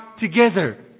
together